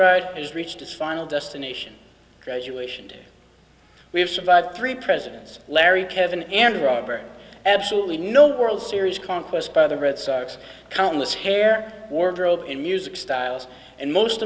ride has reached its final destination graduation day we have survived three presidents larry kevin and robert absolutely no world series conquest by the red sox countless hair wardrobe and music styles and most